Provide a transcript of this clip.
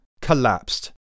collapsed